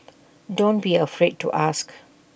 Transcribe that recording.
don't be afraid to ask